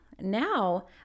now